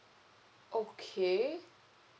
okay